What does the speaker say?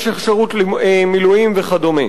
משך שירות מילואים וכדומה.